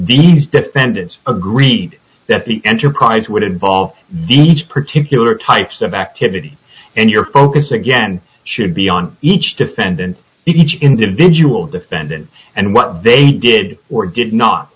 these defendants agreed that the enterprise would involve each particular types of activity and your focus again should be on each defendant each individual defendant and what they did or did not